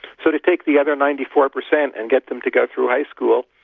so to take the other ninety four percent and get them to go through high school,